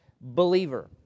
Believer